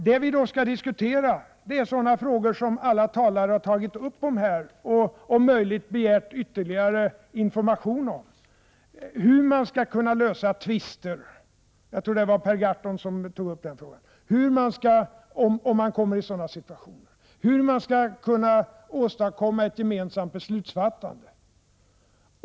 Det vi skall diskutera är sådana frågor som alla talare här har tagit upp och om möjligt begärt ytterligare information om. Det handlar om hur man skall kunna lösa tvister om man kommer i en sådan situation — jag tror att det var Per Gahrton som tog upp den frågan — och hur man skall kunna åstadkomma ett gemensamt beslutsfattande.